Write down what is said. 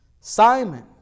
Simon